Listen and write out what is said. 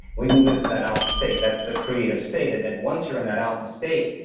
we move into that alpha state. that's the creative state. and then once you're in that alpha state,